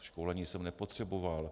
Školení jsem nepotřeboval.